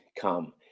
come